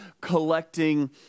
collecting